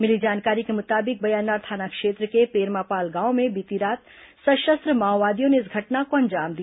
मिली जानकारी के मुताबिक बयानार थाना क्षेत्र के पेरमापाल गांव में बीती रात सशस्त्र माओवादियों ने इस घटना को अंजाम दिया